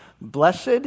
Blessed